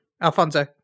Alfonso